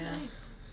Nice